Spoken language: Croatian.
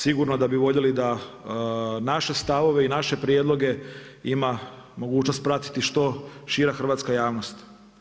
Sigurno da bi voljeli da naše stavove i naše prijedloge ima mogućnost pratiti što šira hrvatska javnost.